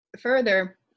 further